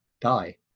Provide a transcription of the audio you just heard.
die